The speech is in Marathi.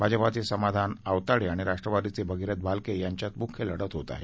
भाजपाचे समाधान आवताडे आणि राष्ट्रवादीचे भगीरथ भालके यांच्यांत मुख्य लढत होत आहे